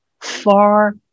far